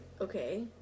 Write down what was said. Okay